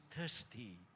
thirsty